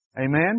Amen